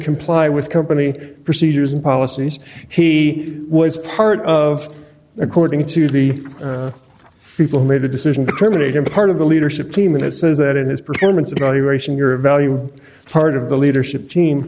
comply with company procedures and policies he was part of according to the people who made the decision to terminate him part of the leadership team and it says that in his performance evaluation your value part of the leadership team